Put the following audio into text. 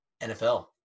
NFL